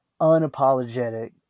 unapologetic